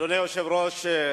אדוני היושב-ראש,